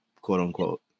quote-unquote